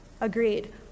agreed